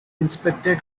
inspected